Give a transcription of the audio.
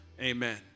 Amen